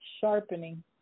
sharpening